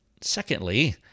Secondly